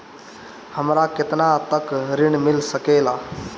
हमरा केतना तक ऋण मिल सके ला?